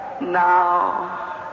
Now